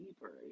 deeper